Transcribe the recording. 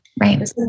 Right